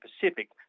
Pacific